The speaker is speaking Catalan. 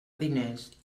diners